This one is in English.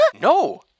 No